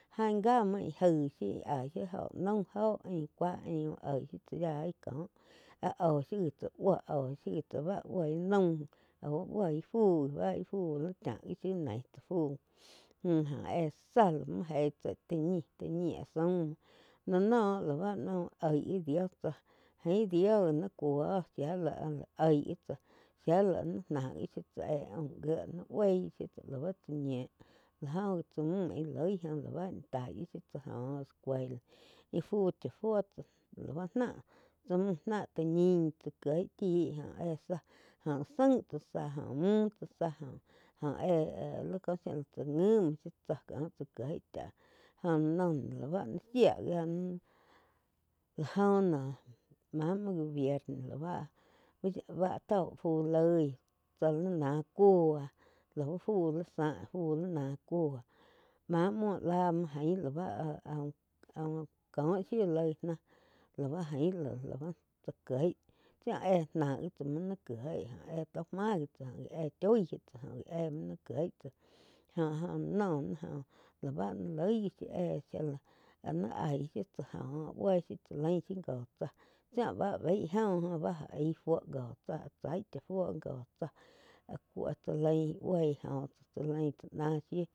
Jain gá muo ih jaih shiu íh aih óho naum óho ain cúah úh oig shiu tsá yaí cóh áh hóh shiu tsá buo áh oh shiu ji tsá bá buo íh naum aú buo íh fu li chá gi shiu néih tsá fu mgu óh éh záh muo eig tsi tá ñih áh zaum muo láh noh lá báh úh oig gi dio chá ain dio ni cúo oh shía lá áh uh oig gi tsáh shía la áh ni náh shiu tsá éh aum gíe buíg gi shiu tsá lau tsá ñiu. La joh tsá mgú íh lau taig wi shiu tsá joh escuela íh fu chá fuo lá bá náh chá mgú tsá ñin tsá kieg chi óh éh záh joh sain tsá zá joh muhh tsá záh jó éh có shi la chá ngui muo tsá cóh chá kieg cháh joh lá noh la ba shía gáh. La joh noh má muo gobierno báh shiu tó fu loi tsáh lí náh cuó lau fú li záh fuh náh cúo mamuo lá muo ain lá bá áh-áh. Áh uh ko shiu loi náh la bá ain la bá tsá kieg tsi óh éh náh gi tsá muo ni kieg óh éh tó máh gi tsá bá choig gi tsá, joh-joh no nah lá bá loig gi shiu éh shía lá áh nai aí tsá joh buoi tsá lain zhiu gó tsá thio bá bein óh joh joh aig fuo go tsái chá fuo góh áh cuó tsá lain buí jóh tsá tsa lain tsá náh shiú.